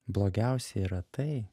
blogiausia yra tai